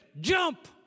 jump